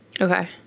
Okay